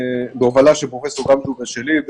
בהובלה של פרופ' גמזו ושלי,